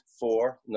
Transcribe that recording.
four